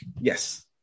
Yes